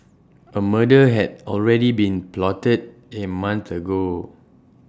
A murder had already been plotted A month ago